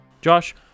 Josh